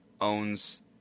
owns